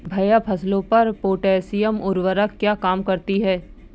भैया फसलों पर पोटैशियम उर्वरक क्या काम करती है?